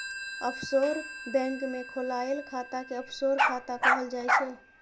offshore bank मे खोलाएल खाता कें ऑफसोर खाता कहल जाइ छै